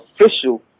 official